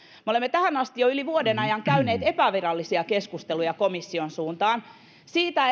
me olemme tähän asti jo yli vuoden ajan käyneet epävirallisia keskusteluja komission suuntaan siitä